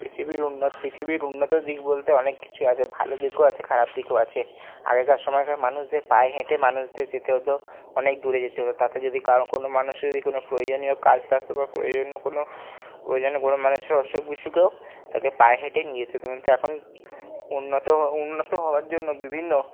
পৃথিবীর পৃথিবীর উন্নত দিক বলতে অনেক কিছুই আছে ভালো দিকও আছে খারাপ দিকও আছে আগেকার সময়কার মানুষদের পায়ে হেঁটে মানুষদের যেতে হতো অনেক দূরে যেতে হতো তাতে যদি কারো কোনো মানুষের যদি কোনো প্রয়োজনীয় কাজ থাকত বা প্রয়োজনীয় কোনো প্রয়োজনীয় কোনো মানুষের অসুখ বিসুখেও তাকে পায়ে হেঁটে নিয়ে যেত কিন্তু এখন উন্নত উন্নত হওয়ার জন্য বিভিন্ন